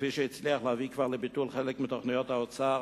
כפי שהצליח כבר להביא לביטול חלק מתוכניות האוצר